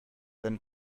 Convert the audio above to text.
then